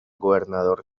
gobernador